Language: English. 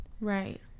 Right